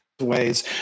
ways